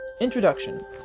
Introduction